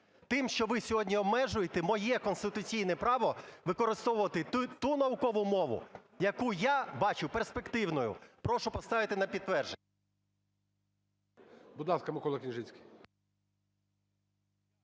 тим, що ви сьогодні обмежуєте моє конституційне право використовувати ту наукову мову, яку я бачу перспективною. Прошу поставити на підтвердження.